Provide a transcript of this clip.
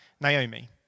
Naomi